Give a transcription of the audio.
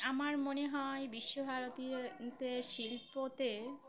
আমার মনে হয় বিশ্বভারতীতে শিল্পতে